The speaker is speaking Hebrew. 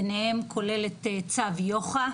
ביניהם כולל את צו יוח"א.